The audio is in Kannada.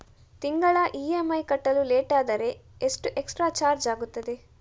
ತಿಂಗಳ ಇ.ಎಂ.ಐ ಕಟ್ಟಲು ಲೇಟಾದರೆ ಎಷ್ಟು ಎಕ್ಸ್ಟ್ರಾ ಚಾರ್ಜ್ ಆಗುತ್ತದೆ?